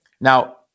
now